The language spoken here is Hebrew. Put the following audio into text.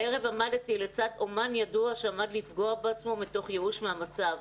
הערב עמדתי לצד אמן ידוע שעמד לפגוע בעצמו מתוך ייאוש מהמצב.